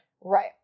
Right